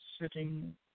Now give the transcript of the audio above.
sitting